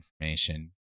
information